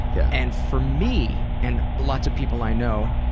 yeah and for me, and but lots of people i know,